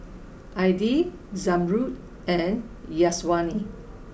Aidil Zamrud and Syazwani